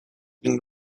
been